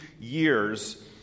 years